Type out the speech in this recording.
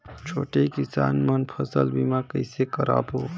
छोटे किसान मन फसल बीमा कइसे कराबो?